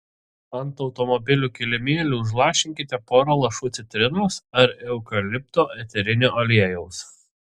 ant automobilių kilimėlių užlašinkite porą lašų citrinos ar eukalipto eterinio aliejaus